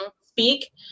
speak